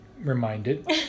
reminded